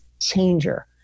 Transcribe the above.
changer